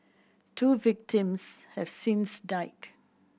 two victims have since died